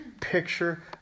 picture